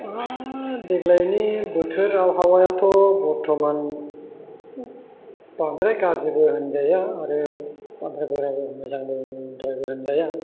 ओ देग्लायनि बोथोर आबहावायाथ' बर्थ'मान बांद्राय गाज्रिबो होनजाया आरो बांद्राय मोजांद्रायबो होनजाया